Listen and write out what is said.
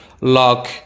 lock